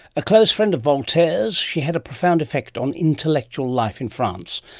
a close friend of voltaire's, she had a profound effect on intellectual life in france,